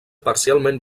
parcialment